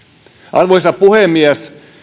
arvoisa puhemies